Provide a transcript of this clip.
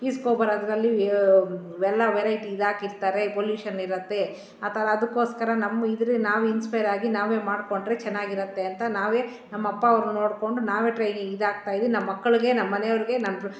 ಇಸ್ಕೊಬರೋದ್ರಲ್ಲಿ ಎಲ್ಲ ವೆರೈಟಿ ಇದಾಕಿರ್ತಾರೆ ಪೊಲ್ಯೂಷನ್ನಿರತ್ತೆ ಆ ಥರ ಅದಕ್ಕೋಸ್ಕರ ನಮ್ಮ ಇದ್ದರೆ ನಾವು ಇನ್ಸ್ಪೈರಾಗಿ ನಾವೇ ಮಾಡಿಕೊಂಡ್ರೆ ಚೆನ್ನಾಗಿರತ್ತೆ ಅಂತ ನಾವೇ ನಮ್ಮಅಪ್ಪವ್ರ್ನ ನೋಡಿಕೊಂಡು ನಾವೇ ಟ್ರೈನಿ ಇದಾಗ್ತಾಯಿದಿವಿ ನಮ್ಮ ಮಕ್ಕಳಿಗೆ ನಮ್ಮಮನೆಯವ್ರ್ಗೆ ನಮ್ದು